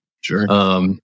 Sure